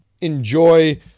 enjoy